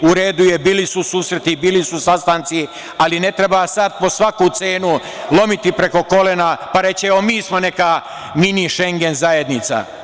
U redu je, bili su susreti, bili su sastanci, ali ne treba sad po svaku cenu lomiti preko kolena, pa reći – evo, mi smo neka mini Šengen zajednica.